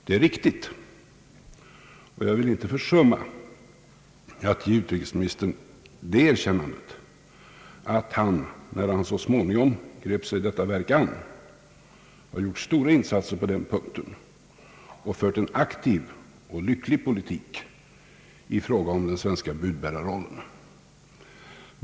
Det är riktigt, och jag vill inte försumma att ge utrikesministern det erkännandet att han, när han så småningom grep sig detta verk an, har gjort stora insatser på den punkten och fört en aktiv och lycklig politik i fråga om den svenska budbärarrollen.